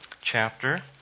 chapter